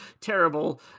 terrible